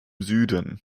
süden